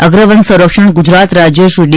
અગ્ર વન સરંક્ષક ગુજરાત રાજ્ય શ્રી ડી